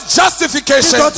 justification